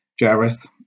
Jareth